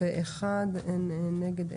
מי נגד?